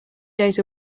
days